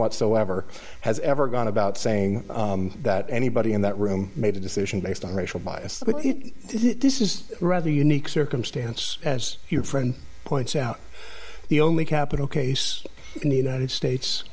whatsoever has ever gone about saying that anybody in that room made a decision based on racial bias this is rather unique circumstance as your friend points out the only capital case in the united states